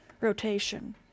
rotation